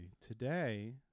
Today